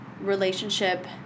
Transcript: relationship